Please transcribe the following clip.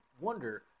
wonder